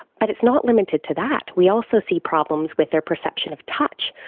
but it's not limited to that. we also see problems with their perception of touch.